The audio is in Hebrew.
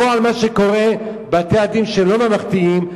בפועל מה שקורה הוא שבתי-הדין שהם לא ממלכתיים,